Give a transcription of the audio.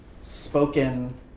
spoken